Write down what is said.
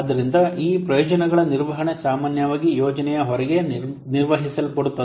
ಆದ್ದರಿಂದ ಈ ಪ್ರಯೋಜನಗಳ ನಿರ್ವಹಣೆ ಸಾಮಾನ್ಯವಾಗಿ ಯೋಜನೆಯ ಹೊರಗೆ ನಿರ್ವಹಿಸಲ್ಪಡುತ್ತದೆ